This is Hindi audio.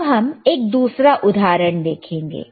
अब हम एक दूसरा उदाहरण देखेंगे